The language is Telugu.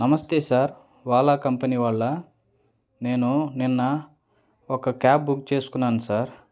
నమస్తే సార్ ఓలా కంపెనీ వాళ్ళా నేను నిన్న ఒక క్యాబ్ బుక్ చేసుకున్నాను సార్